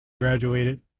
graduated